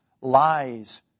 lies